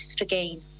again